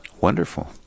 wonderful